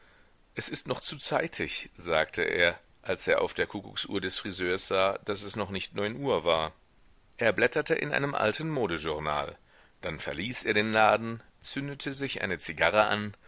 es ist noch zu zeitig sagte er als er auf der kuckucksuhr des friseurs sah daß es noch nicht neun uhr war er blätterte in einem alten modejournal dann verließ er den laden zündete sich eine zigarre an